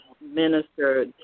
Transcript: Minister